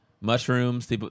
mushrooms